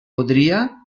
podria